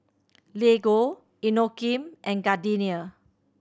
Lego Inokim and Gardenia